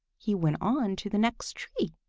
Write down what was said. he went on to the next tree.